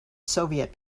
soviet